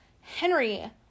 henry